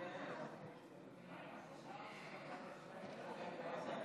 אם כן, הצעת חוק אימוץ ילדים לא עברה.